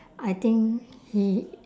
I think he